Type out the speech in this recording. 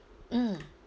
mm